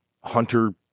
Hunter